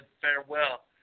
farewell